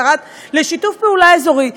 שרה לשיתוף פעולה אזורי,